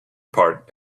part